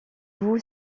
vous